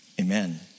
amen